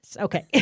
Okay